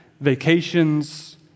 vacations